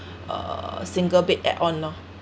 uh single bed add on loh